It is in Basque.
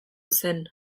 zen